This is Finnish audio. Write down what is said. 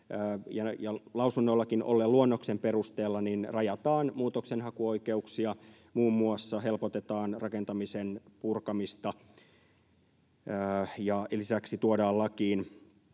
lausunnoillakin olleen luonnoksen perusteella rajataan muutoksenhakuoikeuksia. Muun muassa helpotetaan rakentamisen purkamista, ja lisäksi tuodaan lakiin